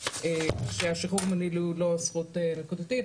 ששחרור מינהלי הוא לא זכות נקודתית.